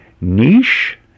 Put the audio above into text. Niche